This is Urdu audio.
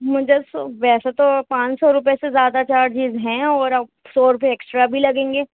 مجھے سو ویسے تو پانچ سو روپے سے زیادہ چارجز ہیں اور اب سو روپے ایکسٹرا بھی لگیں گے